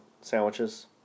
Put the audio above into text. sandwiches